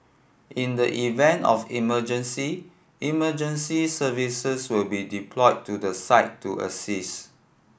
in the event of emergency emergency services will be deployed to the site to assist